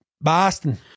Boston